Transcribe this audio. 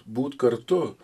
būt kartu